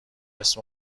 اسم